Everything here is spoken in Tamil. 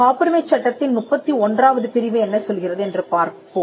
காப்புரிமைச் சட்டத்தின் 31 ஆவது பிரிவு என்ன சொல்கிறது என்று பார்ப்போம்